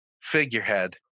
figurehead